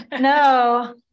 No